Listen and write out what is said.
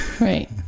Right